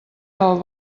del